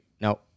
no